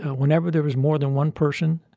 whenever there was more than one person,